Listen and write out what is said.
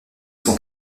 sont